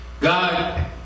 God